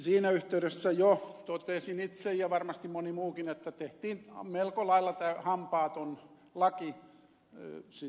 siinä yhteydessä jo totesin itse ja varmasti moni muukin että tehtiin melko lailla hampaaton laki